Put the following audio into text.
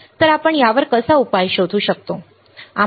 तर आपण यावर उपाय कसा शोधू शकतो ते पाहूया